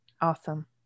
Awesome